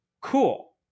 cool